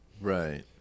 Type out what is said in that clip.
right